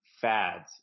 fads